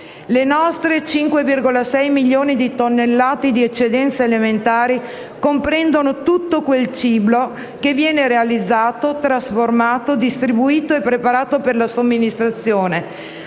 Le nostre 5,6 milioni di tonnellate di eccedenze alimentari comprendono tutto quel cibo che viene realizzato, trasformato, distribuito e preparato per la somministrazione